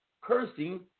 cursing